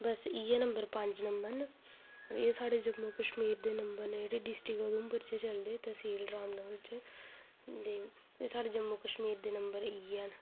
बस इ'यै नम्बर पंज नम्बर न एह् साढ़े जम्मू कश्मीर दे नम्बर न एह् साढ़े जम्मू कश्मीर दे नम्बर इ'यै न